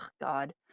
God